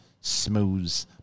smooth